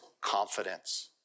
confidence